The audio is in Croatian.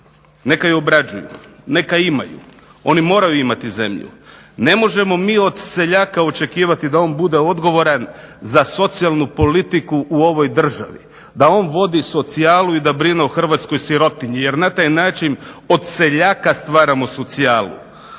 neka je obrađuju, neka imaju. Oni moraju imati zemlju. Ne možemo mi od seljaka očekivati da on bude odgovoran za socijalnu politiku u ovoj državi, da on vodi socijalu i da brine o hrvatskoj sirotinji, jer na taj način od seljaka stvaramo socijalu.